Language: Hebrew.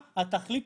כמה האוכלוסייה